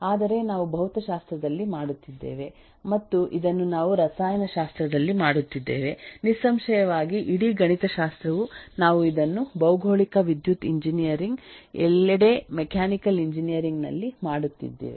ಆದರೆ ನಾವು ಭೌತಶಾಸ್ತ್ರದಲ್ಲಿ ಮಾಡುತ್ತಿದ್ದೇವೆ ಮತ್ತು ಇದನ್ನು ನಾವು ರಸಾಯನಶಾಸ್ತ್ರದಲ್ಲಿ ಮಾಡುತ್ತಿದ್ದೇವೆ ನಿಸ್ಸಂಶಯವಾಗಿ ಇಡೀ ಗಣಿತಶಾಸ್ತ್ರವು ನಾವು ಇದನ್ನು ಭೌಗೋಳಿಕ ವಿದ್ಯುತ್ ಎಂಜಿನಿಯರಿಂಗ್ ಎಲ್ಲೆಡೆ ಮೆಕ್ಯಾನಿಕಲ್ ಎಂಜಿನಿಯರಿಂಗ್ ನಲ್ಲಿ ಮಾಡುತ್ತಿದ್ದೇವೆ